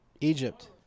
Egypt